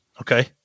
Okay